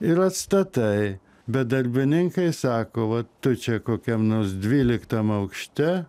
ir atstatai bet darbininkai sako va tu čia kokiam nors dvyliktam aukšte